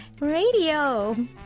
Radio